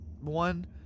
one